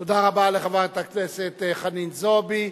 תודה רבה לחברת הכנסת חנין זועבי.